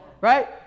right